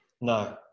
No